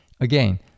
Again